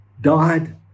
died